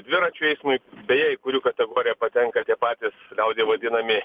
dviračių eismui beje į kurių kategoriją patenka tie patys liaudyje vadinami